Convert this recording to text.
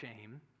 shame